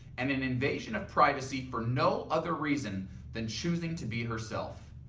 and an invasion of privacy for no other reason than choosing to be herself.